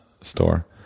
store